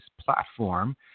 platform